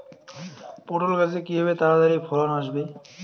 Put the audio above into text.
পটল গাছে কিভাবে তাড়াতাড়ি ফলন আসবে?